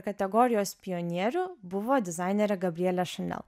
kategorijos pionierių buvo dizainerė gabrielė šanel